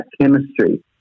chemistry